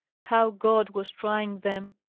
how god was trying them!